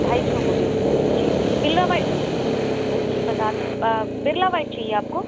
ढाई सौ बोरियां जी ठीक है बिरला व्हाइट जी बताते हैं बिरला व्हाइट चाहिए आपको